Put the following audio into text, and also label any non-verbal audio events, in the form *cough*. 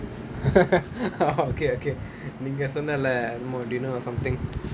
*laughs* orh okay okay நீ இங்க சொன்னேல:nee inga sonnaela dinner or something